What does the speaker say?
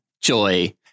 Joy